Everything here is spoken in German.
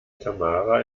tamara